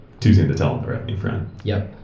too soon to tell him the revenue front. yup.